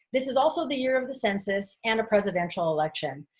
this is also the year of the census and a presidential election.